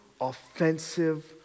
offensive